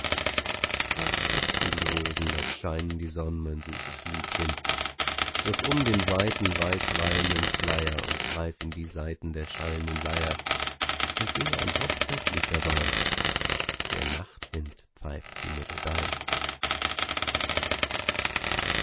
laß duften die rosen laß scheinen die sonn mein süßes liebchen wirf um den weiten weißwallenden schleier und greif in die saiten der schallenden leier und singe ein hochzeitlied dabei der nachtwind pfeift die melodei